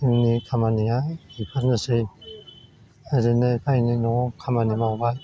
जोंनि खामानिया बेफोरनोसै ओरैनो एफा एनै न'आव खामानि मावबा